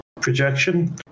projection